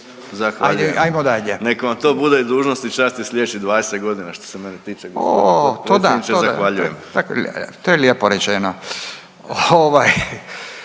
Zahvaljujem. Nek vam to bude dužnost i čast i slijedećih 20 godina što se mene tiče gospodine